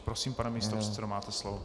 Prosím, pane místopředsedo, máte slovo.